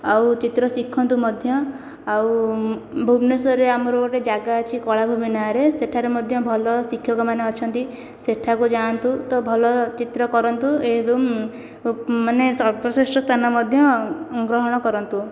ଆଉ ଚିତ୍ର ଶିଖନ୍ତୁ ମଧ୍ୟ ଆଉ ଭୁବନେଶ୍ୱରରେ ଆମର ଗୋଟିଏ ଜାଗା ଅଛି କଳାଭୂମି ନାଁରେ ସେଠାରେ ମଧ୍ୟ ଭଲ ଶିକ୍ଷକମାନେ ଅଛନ୍ତି ସେଠାକୁ ଯାଆନ୍ତୁ ତ ଭଲ ଚିତ୍ର କରନ୍ତୁ ଏବଂ ମାନେ ସର୍ବଶ୍ରେଷ୍ଠ ସ୍ଥାନ ମଧ୍ୟ ଗ୍ରହଣ କରନ୍ତୁ